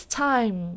time